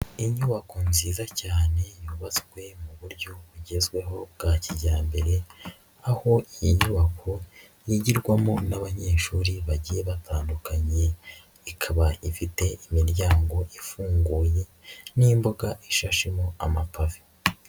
Inyubako nziza cyane yubatswe mu buryo bugezweho bwa kijyambere, aho iyi nyubako yigirwamo n'abanyeshuri bagiye batandukanye, ikaba ifite imiryango ifunguye n'imbuga ishashemo amapave.